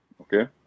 okay